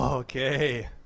Okay